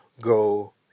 go